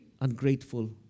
ungrateful